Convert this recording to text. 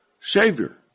Savior